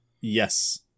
Yes